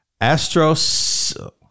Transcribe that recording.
Astros